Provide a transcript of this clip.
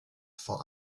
for